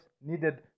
needed